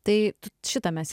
tai šitą mes